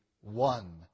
one